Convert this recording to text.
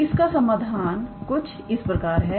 तोइसका समाधान कुछ इस प्रकार है